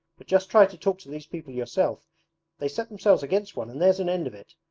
but just try to talk to these people yourself they set themselves against one and there's an end of it.